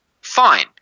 Fine